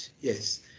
yes